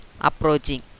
approaching